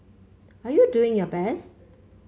are you doing your best